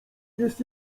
jest